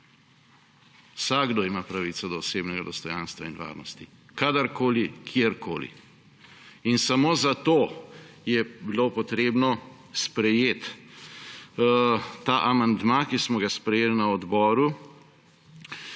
Vsakdo ima pravico do osebnega dostojanstva in varnosti kadarkoli, kjerkoli. In samo zato je bilo potrebno sprejeti ta amandma, ki smo ga sprejeli na odboru,